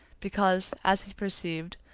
because, as he perceived,